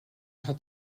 hat